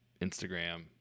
Instagram